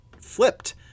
flipped